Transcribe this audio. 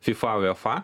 fifa uefa